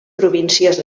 províncies